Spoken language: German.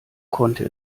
konnte